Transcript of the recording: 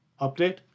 update